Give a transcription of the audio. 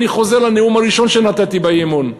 אני חוזר לנאום הראשון שנתתי באי-אמון.